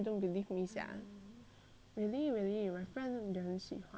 really really you my friend 他们喜欢